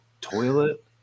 toilet